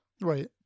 Right